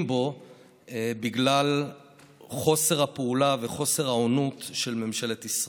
בו בגלל חוסר הפעולה וחוסר האונות של ממשלת ישראל.